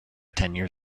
started